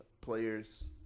players